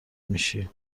میشی